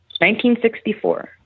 1964